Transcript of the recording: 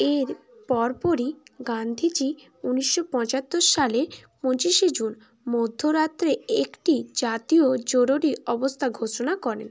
এর পরপরই গান্ধীজি উনিশশো পঁচাত্তর সালে পঁচিশে জুন মধ্যরাত্রে একটি জাতীয় জরুরি অবস্থা ঘোষণা করেন